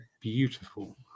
beautiful